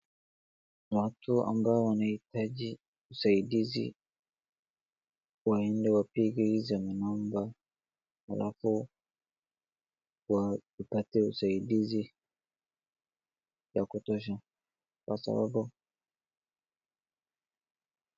Watu ambao wanahitaji usaidizi waende wapige hizo manumber alafu wapate usaidizi ya kutosha. Kwa sababu...